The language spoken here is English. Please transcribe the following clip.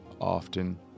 often